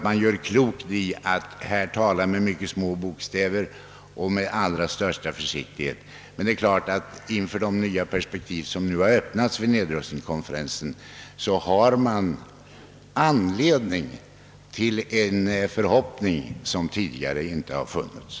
Man gör klokt i att i dessa sammanhang tala med små bokstäver och med allra största försiktighet. Men inför de nya perspektiv som öppnats vid nedrustningskonferensen finns det också anledning till förhoppningar, som man inte tidigare har kunnat hysa.